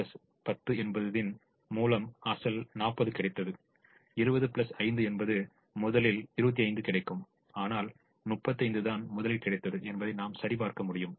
30 10 என்பதுதின் மூலம் அசல் 40 கிடைத்தது 20 5 என்பது முதலில் 25 கிடைக்கும் ஆனால் 35 தான் முதலில் கிடைத்தது என்பதை நாம் சரிபார்க்க முடியும்